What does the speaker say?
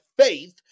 faith